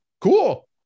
cool